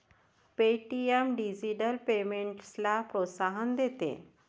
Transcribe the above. Paytm digital पेमेंट्सला प्रोत्साहन देते